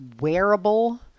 wearable